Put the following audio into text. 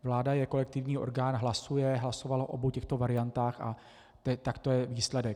Vláda jako kolektivní orgán hlasuje, hlasovala o obou těchto variantách a takto je výsledek.